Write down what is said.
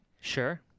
Sure